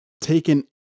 taken